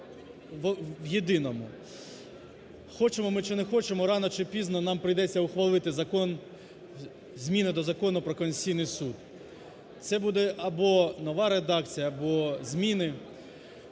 в єдиному. Хочемо ми чи не хочемо, рано чи пізно нам прийдеться ухвалити закон, зміни до Закону про Конституційний Суд. Це буде або нова редакція, або зміни.